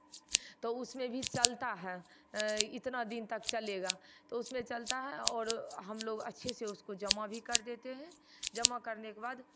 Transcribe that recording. तो उसमें भी चलता है इतना दिन तक चलेगा तो उसमें चलता है और हम लोग अच्छे से उसको जमा भी कर देते हैं जमा करने के बाद